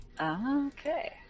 okay